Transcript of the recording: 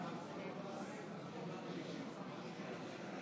עוד שנייה.